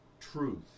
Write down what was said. truth